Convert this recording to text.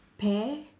pear